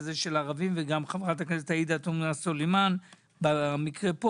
הערבים וגם חברת הכנסת עאידה תומא סלימאן במקרה פה